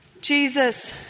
Jesus